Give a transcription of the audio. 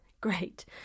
great